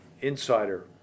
insider